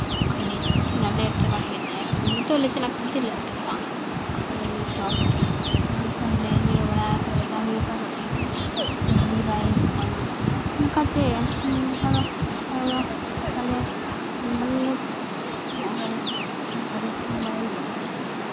ᱠᱷᱟᱹᱞᱤ ᱩᱱᱟᱹᱜ ᱞᱮᱹᱴ ᱪᱟᱵᱟ ᱠᱮᱫ ᱞᱮᱭᱟᱭ ᱱᱤᱛᱳᱜ ᱞᱮ ᱪᱟᱞᱟᱜ ᱠᱷᱟᱱ ᱛᱤ ᱨᱮᱞᱮ ᱥᱮᱴᱮᱨᱚᱜᱼᱟ ᱠᱷᱟᱹᱞᱤ ᱛᱚᱠᱷᱚᱱ ᱞᱮ ᱧᱤᱨ ᱵᱟᱲᱟ ᱟᱠᱟᱫ ᱞᱮᱠᱟ ᱧᱤᱨ ᱵᱷᱟᱜ ᱠᱟᱱᱟ ᱞᱮ ᱦᱮᱡᱽ ᱜᱮ ᱵᱟᱭ ᱦᱤᱡᱩᱜ ᱠᱟᱱᱟ ᱚᱱᱠᱟ ᱪᱮᱫ ᱱᱚᱝᱠᱟ ᱫᱚ ᱟᱞᱮᱫᱚ ᱵᱚᱞᱞᱚᱵᱽ ᱥᱮᱫ ᱨᱮᱱᱟᱜ ᱜᱟᱲᱤ ᱜᱟᱲᱤ ᱠᱚᱦᱚᱸ ᱵᱟᱭ ᱦᱤᱡᱩᱜ ᱠᱟᱱᱟ